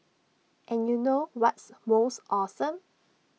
and you know what's most awesome